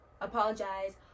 apologize